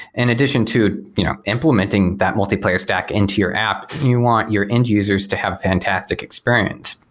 in addition to you know implementing that multiplayer stack into your app, you want your end-users to have a fantastic experience.